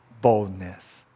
Boldness